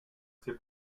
sait